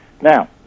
now